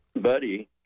Buddy